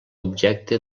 objecte